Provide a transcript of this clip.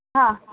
हा हा